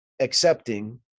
accepting